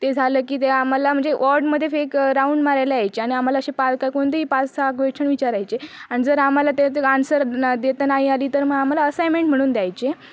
ते झालं की ते आम्हाला म्हणजे वॉर्डमध्ये फेक राउंड मारायला यायचे आणि आम्हाला अशी कोणतीही पाच सहा क्वेश्चन विचारायचे आणि जर आम्हाला त्याचा आन्सर देता नाही आली तर आम्हाला असाइमेंट म्हणून द्यायचे